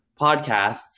podcasts